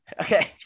Okay